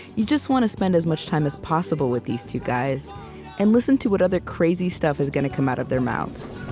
you just want to spend as much time as possible with these two guys and listen to what other crazy stuff is going to come out of their mouths